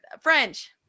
French